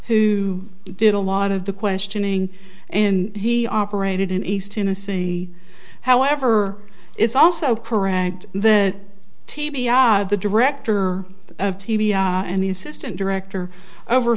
who did a lot of the questioning and he operated in east tennessee however it's also correct that tb are the director of t b i and the assistant director over